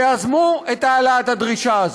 שיזם את העלאת הדרישה הזאת,